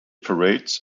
parades